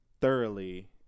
Thoroughly